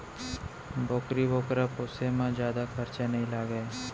बोकरी बोकरा पोसे म जादा खरचा नइ लागय